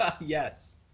Yes